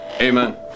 Amen